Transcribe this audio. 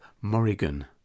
Morrigan